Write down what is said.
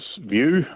view